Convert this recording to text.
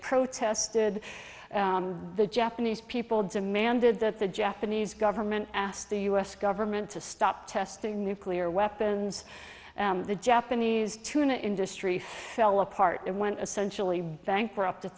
protested the japanese people demanded that the japanese government asked the u s government to stop testing nuclear weapons the japanese tuna industry fell apart and went essentially bankrupt at